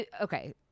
Okay